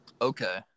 Okay